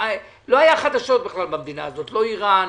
לא היו חדשות במדינה לא איראן,